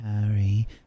Harry